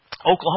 Oklahoma